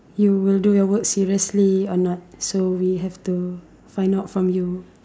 you will do your work seriously or not so we have to find out from you